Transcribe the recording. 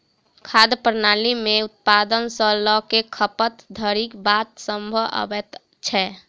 खाद्य प्रणाली मे उत्पादन सॅ ल क खपत धरिक बात सभ अबैत छै